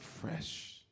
fresh